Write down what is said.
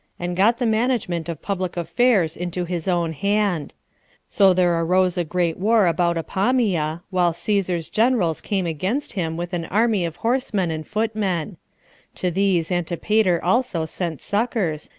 and got the management of public affairs into his own hand so there arose a great war about apamia, while caesar's generals came against him with an army of horsemen and footmen to these antipater also sent succors,